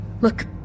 Look